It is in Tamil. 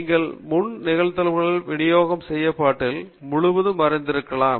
நீங்கள் முன் நிகழ்தகவு விநியோகம் செயல்பாடுகளை முழுவதும் அறிந்திருக்கலாம்